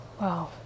Wow